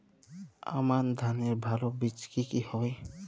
আমান ধানের ভালো বীজ কি কি হবে?